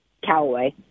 Callaway